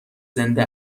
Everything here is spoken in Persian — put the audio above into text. زنده